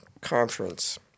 conference